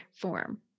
form